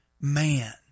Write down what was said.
man